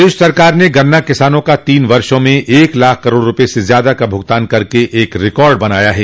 प्रदेश सरकार ने गन्ना किसानों का तीन वर्षों में एक लाख करोड़ रुपये से ज्यादा का भुगतान करके एक रिकॉर्ड बनाया है